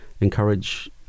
encourage